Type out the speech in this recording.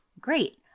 great